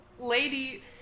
lady